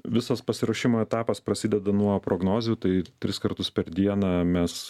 visas pasiruošimo etapas prasideda nuo prognozių tai tris kartus per dieną mes